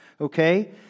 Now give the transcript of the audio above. Okay